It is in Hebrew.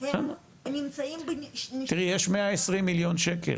--- יש 120 מיליון שקל.